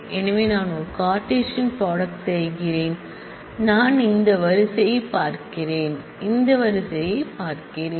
எனவே நான் ஒரு கார்ட்டீசியன் ப்ராடக்ட் செய்கிறேன் நான் இந்த ரோயைப் பார்க்கிறேன் இந்த ரோயைப் பார்க்கிறேன்